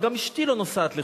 אבל גם אשתי לא נוסעת לחו"ל.